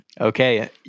Okay